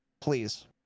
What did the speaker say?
Please